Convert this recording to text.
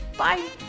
Bye